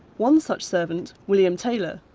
one such servant, william taylor,